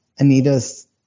Anita's